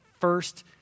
first